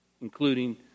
including